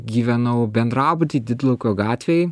gyvenau bendrabuty didlaukio gatvėj